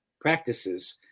practices